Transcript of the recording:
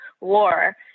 War